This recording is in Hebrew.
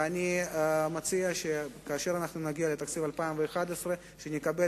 ואני מציע שכשנגיע לתקציב 2011 נקבל